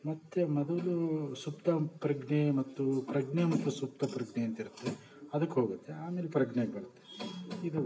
ಮತ್ತು ಮೊದಲು ಸುಪ್ತ ಪ್ರಜ್ಞೆ ಮತ್ತು ಪ್ರಜ್ಞೆ ಮತ್ತು ಸುಪ್ತ ಪ್ರಜ್ಞೆ ಅಂತಿರುತ್ತೆ ಅದಕ್ಕೆ ಹೋಗುತ್ತೆ ಆಮೇಲೆ ಪ್ರಜ್ಞೆಗ್ ಬರುತ್ತೆ ಇದು